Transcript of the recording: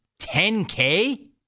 10K